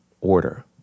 order